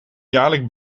jaarlijks